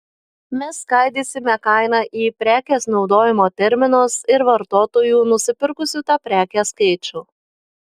mes skaidysime kainą į prekės naudojimo terminus ir vartotojų nusipirkusių tą prekę skaičių